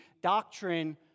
doctrine